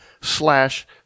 slash